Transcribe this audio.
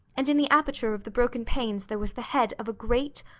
and in the aperture of the broken panes there was the head of a great,